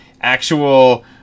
actual